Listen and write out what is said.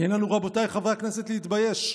"אין לנו, רבותיי חברי הכנסת, להתבייש.